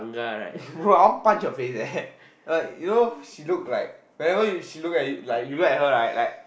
bro I want punch her face eh like you know she look like like you know you look at her right